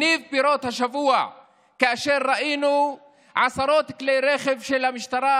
הניב פירות השבוע כאשר ראינו עשרות כלי רכב של המשטרה,